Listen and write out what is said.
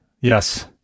Yes